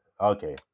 okay